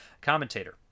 Commentator